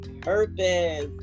purpose